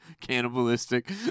cannibalistic